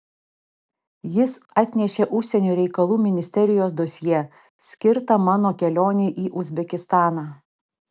jis atnešė užsienio reikalų ministerijos dosjė skirtą mano kelionei į uzbekistaną